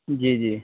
جی جی